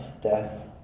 death